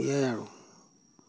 সেয়াই আৰু